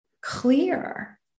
clear